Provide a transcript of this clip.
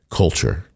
culture